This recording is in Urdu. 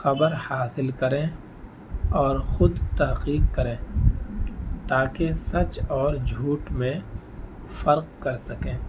خبر حاصل کریں اور خود تحقیق کریں تاکہ سچ اور جھوٹ میں فرق کر سکیں